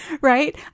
right